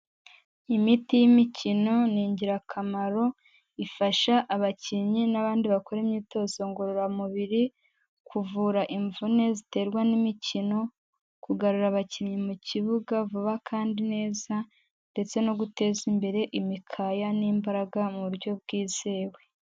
Imiti y'imikino ni ingirakamaro, ifasha abakinnyi n'abandi bakora imyitozo ngororamubiri kuvura imvune ziterwa n'imikino, kugarura abakinnyi mu kibuga vuba kandi neza ndetse no guteza imbere imikaya n'imbaraga mu buryo bwizewe.